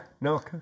No